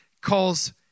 calls